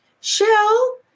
Shell